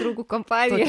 draugų kompanija